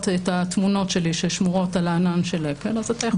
את התמונות שלי ששמורות על הענן של אפל אז אתה יכול.